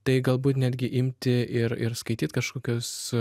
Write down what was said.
tai galbūt netgi imti ir ir skaityt kažkokius